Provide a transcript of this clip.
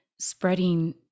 spreading